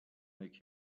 make